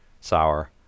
sour